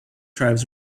tribes